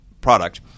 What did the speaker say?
product